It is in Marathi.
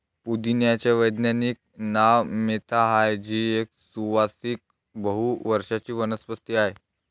पुदिन्याचे वैज्ञानिक नाव मेंथा आहे, जी एक सुवासिक बहु वर्षाची वनस्पती आहे